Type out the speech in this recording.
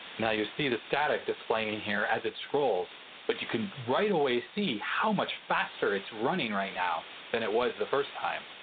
now you see the static display in here as it scrolls but you can right away see how much faster it's running right now, than it was the first time.